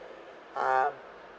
um